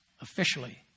officially